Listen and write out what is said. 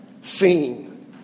seen